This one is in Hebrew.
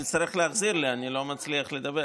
אתה תצטרך להחזיר לי, אני לא מצליח לדבר.